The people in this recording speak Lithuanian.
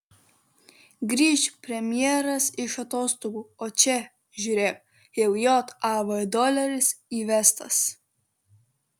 grįš premjeras iš atostogų o čia žiūrėk jau jav doleris įvestas